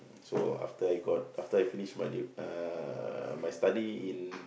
mm so after I got after I finish my dip~ uh my study in